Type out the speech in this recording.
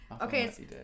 Okay